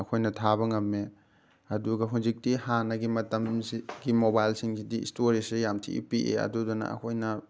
ꯑꯩꯈꯣꯏꯅ ꯊꯥꯕ ꯉꯝꯃꯤ ꯑꯗꯨꯒ ꯍꯧꯖꯤꯛꯇꯤ ꯍꯥꯟꯅꯒꯤ ꯃꯇꯝꯁꯤꯒꯤ ꯃꯣꯕꯥꯏꯜꯁꯤꯡꯁꯤꯗꯤ ꯏꯁꯇꯣꯔꯦꯖꯁꯤ ꯌꯥꯝ ꯊꯤꯅ ꯄꯤꯛꯏ ꯑꯗꯨꯗꯨꯅ ꯑꯩꯈꯣꯏꯅ